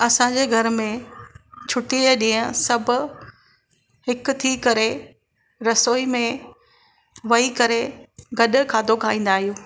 असांजे घर में छुटअ ॾींहुं सभु हिकु थी करे रसोई में वेही करे गॾु खाधो खाईंदा आहियूं